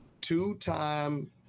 two-time